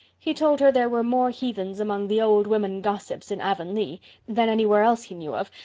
he told her there were more heathens among the old woman gossips in avonlea than anywhere else he knew of,